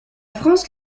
france